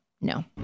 no